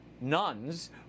nuns